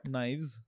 Knives